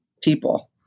people